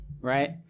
right